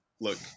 look